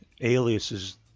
aliases